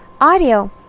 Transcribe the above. audio